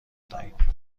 دهیم